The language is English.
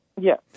Yes